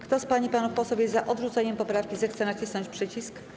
Kto z pań i panów posłów jest za odrzuceniem poprawki, zechce nacisnąć przycisk.